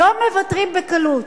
לא מוותרים בקלות.